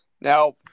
Now